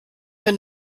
wenn